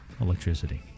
electricity